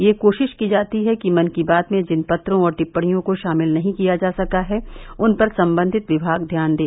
यह कोशिश की जाती है कि मन की बात में जिन पत्रों और टिप्पणियों को शामिल नहीं किया जा सका है उन पर संबंधित विभाग ध्यान दें